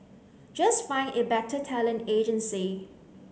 just find a better talent agency